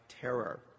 terror